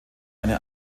eine